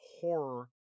horror